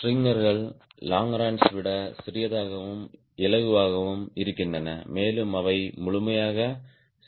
ஸ்ட்ரிங்கர்கள் லாங்கரோன்ஸ் விட சிறியதாகவும் இலகுவாகவும் இருக்கின்றன மேலும் அவை முழுமையாய் செயல்படுகின்றன